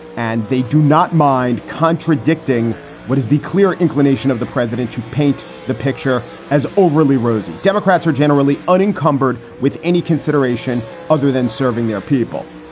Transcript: and they do not mind contradicting what is the clear inclination of the president to paint the picture as overly rosy. democrats are generally unencumbered with any consideration other than serving their people.